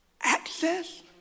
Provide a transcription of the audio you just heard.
access